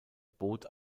boot